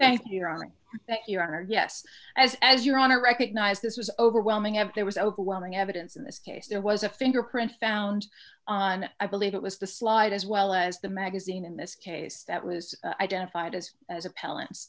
knowing that you are yes as as your honor recognized this was overwhelming and there was overwhelming evidence in this case there was a fingerprint found on i believe it was the slide as well as the magazine in this case that was identified as as appellan